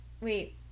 Wait